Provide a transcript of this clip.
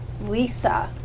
Lisa